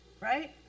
right